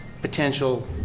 potential